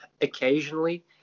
Occasionally